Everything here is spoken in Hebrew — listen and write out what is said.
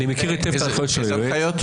אני מכיר היטב את ההנחיות של היועץ.